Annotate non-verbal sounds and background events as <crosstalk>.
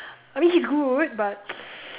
I mean he's good but <noise>